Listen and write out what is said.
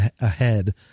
ahead